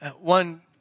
One